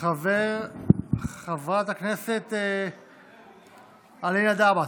חברת הכנסת אלינה ברדץ',